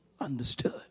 understood